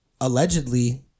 allegedly